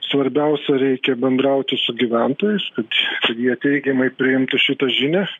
svarbiausia reikia bendrauti su gyventojais kad jie teigiamai priimtų šitą žinią